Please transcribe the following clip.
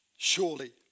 Surely